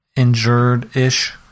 injured-ish